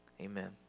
amen